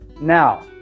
now